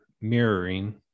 mirroring